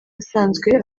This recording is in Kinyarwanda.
asanzwe